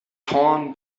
torn